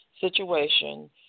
situation